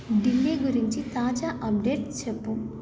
ఢిల్లీ గురించి తాజా అప్డేట్స్ చెప్పుము